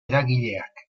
eragileak